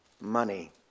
money